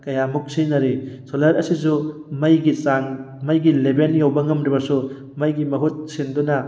ꯀꯌꯥꯃꯨꯛ ꯁꯤꯖꯤꯟꯅꯔꯤ ꯁꯣꯂꯔ ꯑꯁꯤꯁꯨ ꯃꯩꯒꯤ ꯆꯥꯡ ꯃꯩꯒꯤ ꯂꯦꯚꯦꯜ ꯌꯧꯕ ꯉꯝꯗ꯭ꯔꯕꯁꯨ ꯃꯩꯒꯤ ꯃꯍꯨꯠ ꯁꯤꯟꯗꯨꯅ